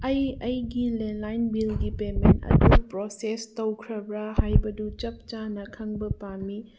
ꯑꯩ ꯑꯩꯒꯤ ꯂꯦꯟꯂꯥꯏꯟ ꯕꯤꯜꯒꯤ ꯄꯦꯃꯦꯟ ꯑꯗꯨ ꯄ꯭ꯔꯣꯁꯦꯁ ꯇꯧꯈ꯭ꯔꯕ꯭ꯔ ꯍꯥꯏꯕꯗꯨ ꯆꯞ ꯆꯥꯅ ꯈꯪꯕ ꯄꯥꯝꯃꯤ